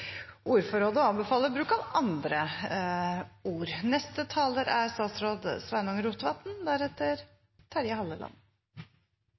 anbefaler bruk av andre ord. Noreg er